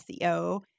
SEO